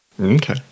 Okay